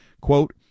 quote